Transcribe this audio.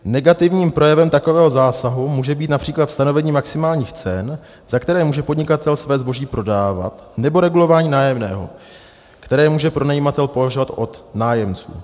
Negativním projevem takového zásahu může být např. stanovení maximálních cen, za které může podnikatel své zboží prodávat, nebo regulování nájemného, které může pronajímatel požadovat od nájemců.